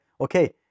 okay